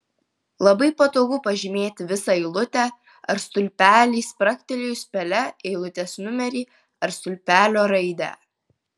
labai patogu pažymėti visą eilutę ar stulpelį spragtelėjus pele eilutės numerį ar stulpelio raidę